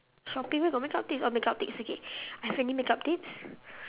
shopping where got makeup tips oh makeup tips okay have any makeup tips